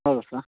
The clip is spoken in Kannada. ಹೌದಾ ಸ